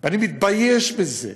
ואני מתבייש בזה,